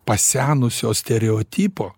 pasenusio stereotipo